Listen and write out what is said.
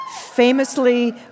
famously